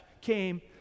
came